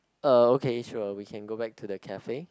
uh okay sure we can go back to the cafe